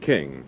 King